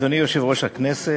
אדוני יושב-ראש הכנסת,